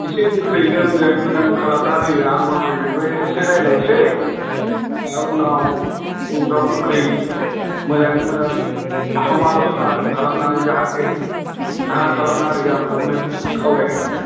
एसे गोख्रैयैनो मोजाङै मोजां खालामना होयो आं मामायजोंबो एसे रायज्लायनोसै ओमफ्राय उनाव उनफोराव गोख्रै मोजाङै मोजां समालस'ना खालामनानै जाहाथे मा खालामनो हायो आं बेखौनो खावलायनाय थाबाय